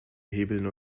hebeln